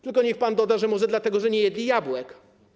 Tylko niech pan doda, że to może dlatego, że nie jedli jabłek.